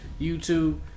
YouTube